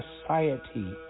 society